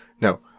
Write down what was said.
no